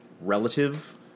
relative